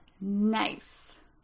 nice